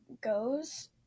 goes